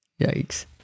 Yikes